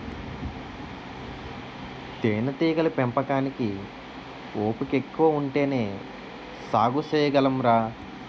తేనేటీగల పెంపకానికి ఓపికెక్కువ ఉంటేనే సాగు సెయ్యగలంరా